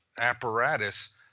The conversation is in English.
apparatus